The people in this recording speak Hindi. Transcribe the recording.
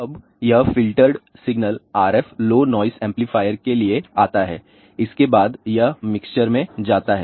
अब यह filtered signal RF low noise amplifier के लिए आता है इसके बाद यह मिक्सर में जाता है